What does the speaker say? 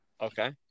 Okay